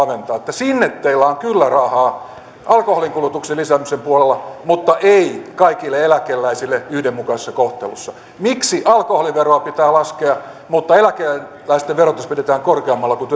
sinne teillä on kyllä rahaa alkoholinkulutuksen lisäämisen puolella mutta ei kaikille eläkeläisille yhdenmukaisessa kohtelussa miksi alkoholiveroa pitää laskea mutta eläkeläisten verotus pidetään korkeammalla kuin